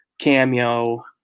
cameo